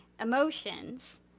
emotions